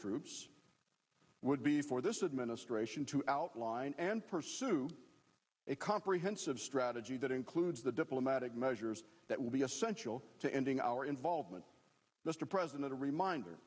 troops would be for this gratian to outline and pursue a comprehensive strategy that includes the diplomatic measures that will be essential to ending our involvement mr president a reminder